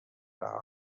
رها